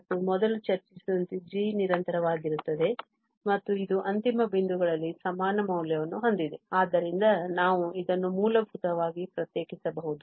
ಮತ್ತು ಮೊದಲು ಚರ್ಚಿಸಿದಂತೆ g ನಿರಂತರವಾಗಿರುತ್ತದೆ ಮತ್ತು ಇದು ಅಂತಿಮ ಬಿಂದುಗಳಲ್ಲಿ ಸಮಾನ ಮೌಲ್ಯವನ್ನು ಹೊಂದಿದೆ ಆದ್ದರಿಂದ ನಾವು ಇದನ್ನು ಮೂಲಭೂತವಾಗಿ ಪ್ರತ್ಯೇಕಿಸಬಹುದು